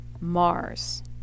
mars